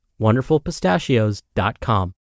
WonderfulPistachios.com